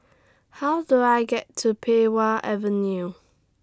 How Do I get to Pei Wah Avenue